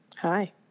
Hi